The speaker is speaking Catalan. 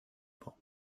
por